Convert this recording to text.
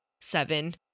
seven